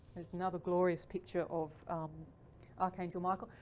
there's another glorious picture of archangel michael,